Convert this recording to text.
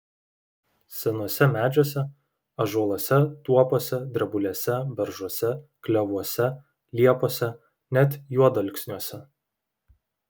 senuose medžiuose ąžuoluose tuopose drebulėse beržuose klevuose liepose net juodalksniuose